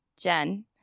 Jen